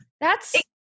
That's-